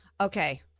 okay